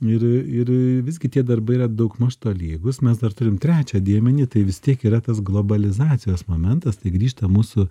ir e ir e visgi tie darbai yra daugmaž tolygūs mes dar turim trečią dėmenį tai vis tiek yra tas globalizacijos momentas tai grįžta mūsų